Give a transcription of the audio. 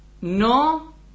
no